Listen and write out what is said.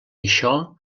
això